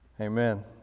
Amen